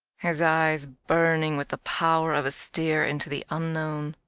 his eyes burning with the power of a stare into the unknown.